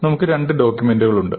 നമുക്ക് രണ്ട് ഡോക്യൂമെന്റുകളുണ്ട്